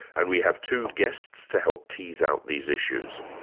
and we have two guests to help tease out these issues.